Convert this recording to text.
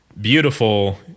beautiful